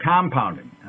compounding